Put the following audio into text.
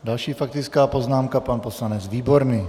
Další faktická poznámka pan poslanec Výborný.